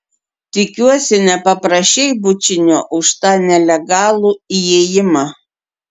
tikiuosi nepaprašei bučinio už tą nelegalų įėjimą